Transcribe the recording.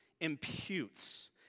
imputes